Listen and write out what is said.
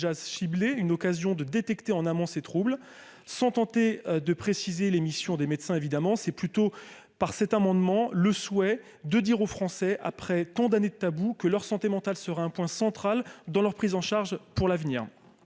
ciblé une occasion de détecter en amont, ces troubles sont tentés de préciser les missions des médecins évidemment c'est plutôt par cet amendement, le souhait de dire aux Français, après tant d'années de tabous que leur santé mentale sera un point central dans leur prise en charge pour l'avenir,